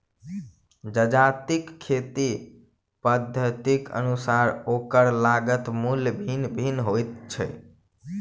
जजातिक खेती पद्धतिक अनुसारेँ ओकर लागत मूल्य भिन्न भिन्न होइत छै